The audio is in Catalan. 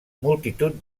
multitud